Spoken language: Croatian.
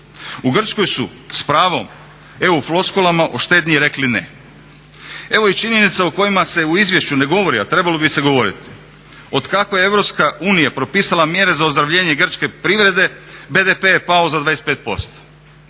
U Grčkoj su s pravom EU floskulama o štednji rekli ne. Evo i činjenica o kojima se u izvješću ne govori, a trebalo bi se govoriti. Otkako je EU propisala mjere za ozdravljenje grčke privrede BDP je pao za 25%,